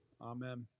Amen